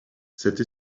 cette